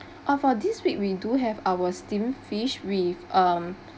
orh for this week we do have our steam fish with um